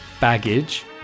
baggage